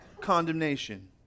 condemnation